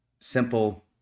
simple